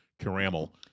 Caramel